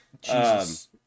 Jesus